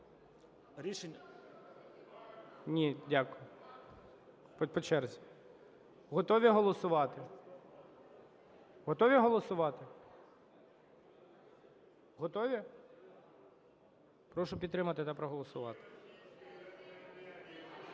голосування. Ні… Як? По черзі. Готові голосувати? Готові голосувати? Готові? Прошу підтримати та проголосувати.